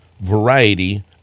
variety